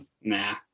Nah